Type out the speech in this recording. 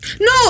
no